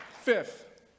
Fifth